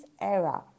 era